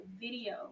video